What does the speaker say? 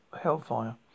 hellfire